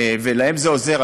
ולהם זה עוזר.